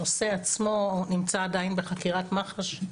הנושא עצמו נמצא עדיין בחקירת מח"ש,